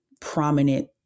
prominent